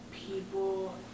People